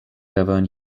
govern